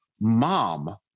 Mom